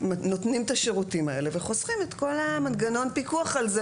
נותנים את השירותים האלה וחוסכים את כל מנגנון הפיקוח על זה